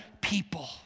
people